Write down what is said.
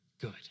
good